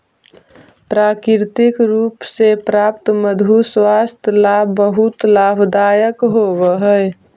प्राकृतिक रूप से प्राप्त मधु स्वास्थ्य ला बहुत लाभदायक होवअ हई